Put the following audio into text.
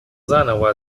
заново